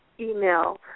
email